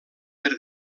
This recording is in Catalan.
per